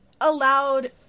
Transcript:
allowed